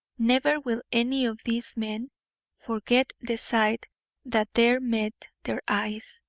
never will any of these men forget the sight that there met their eyes.